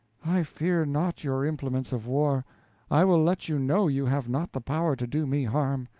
i fear not your implements of war i will let you know you have not the power to do me harm.